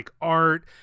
art